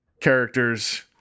Characters